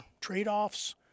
trade-offs